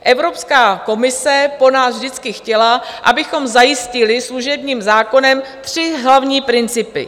Evropská komise po nás vždycky chtěla, abychom zajistili služebním zákonem tři hlavní principy.